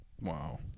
Wow